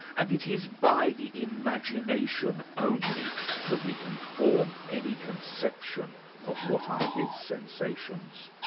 and it is by the imagination only that we can form any conception of what are his sensations.